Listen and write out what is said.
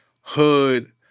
hood